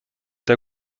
der